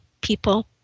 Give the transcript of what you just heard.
people